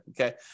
Okay